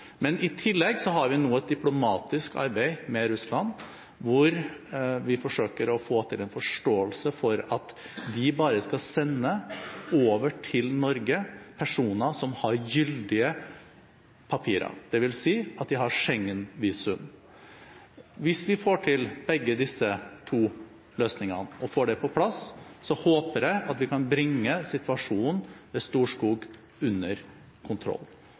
I tillegg har vi nå et diplomatisk arbeid med Russland, hvor vi forsøker å få til en forståelse for at de bare skal sende over til Norge personer som har gyldige papirer, dvs. at de har Schengen-visum. Hvis vi får til begge disse to løsningene og får det på plass, håper jeg at vi kan bringe situasjonen ved Storskog under kontroll.